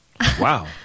Wow